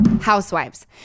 Housewives